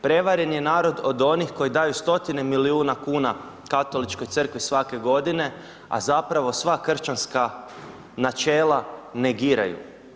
Prevaren je narod od onih koji daju stotine milijuna kuna Katoličkoj crkvi svake godine, a zapravo sva kršćanska načela negiraju.